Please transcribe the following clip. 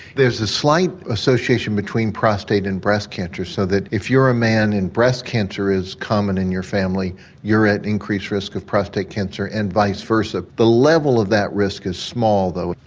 there's a slight association between prostate and breast cancer so if you're a man and breast cancer is common in your family you're at increased risk of prostate cancer and vice versa. the level of that risk is small though.